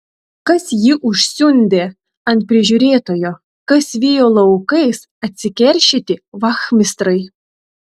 kas jį užsiundė ant prižiūrėtojo kas vijo laukais atsikeršyti vachmistrai